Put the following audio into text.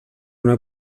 una